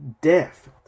death